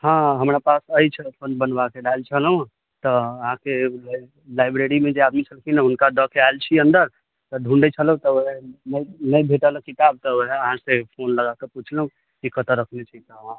हॅं हमरा पास अछि अपन बनवा के लायल छलौ हँ तऽ अहाँके लाइब्रेरी मे जे आदमी छलखिन हँ हुनका दऽ के आयल छियै अन्दर तऽ ढूँढ़ै छलहुँ तऽ ओ ने नहि भेटल किताब तऽ ओहे अहाँसे फोन लगाकर पुछलौ कि कतऽ रखने छी किताब